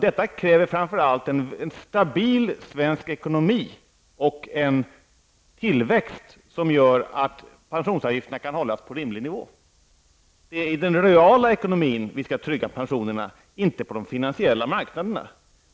Det kräver framför allt en stabil svensk ekonomi och en tillväxt som gör att pensionsavgifterna kan hållas på en rimlig nivå. Det är i den reala ekonomin som vi skall trygga pensionerna, inte på de finansiella marknaderna.